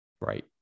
Right